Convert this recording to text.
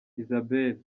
isabelle